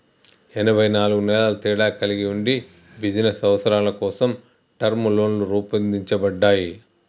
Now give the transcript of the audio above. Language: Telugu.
ఎనబై నాలుగు నెలల తేడా కలిగి ఉండి బిజినస్ అవసరాల కోసం టర్మ్ లోన్లు రూపొందించబడ్డాయి